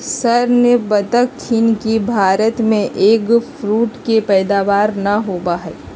sir ने बतल खिन कि भारत में एग फ्रूट के पैदावार ना होबा हई